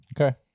Okay